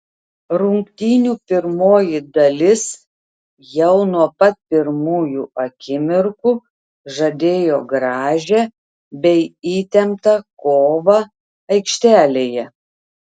rungtynių pirmoji dalis jau nuo pat pirmųjų akimirkų žadėjo gražią bei įtemptą kovą aikštelėje